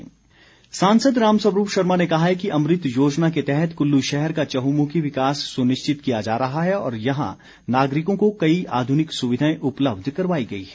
राम स्वरूप सांसद राम स्वरूप शर्मा ने कहा है कि अमृत योजना के तहत कुल्लू शहर का चहुंमुखी विकास सुनिश्चित किया जा रहा है और यहां नागरिकों को कई आधुनिक सुविधाएं उपलब्ध करवाई गई हैं